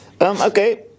Okay